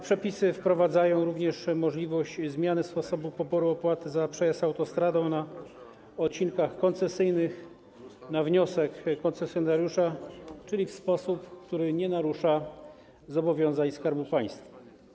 Przepisy wprowadzają również możliwość zmiany sposobu poboru opłaty za przejazd autostradą na odcinkach koncesyjnych na wniosek koncesjonariusza, czyli w sposób, który nie narusza zobowiązań Skarbu Państwa.